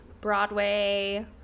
Broadway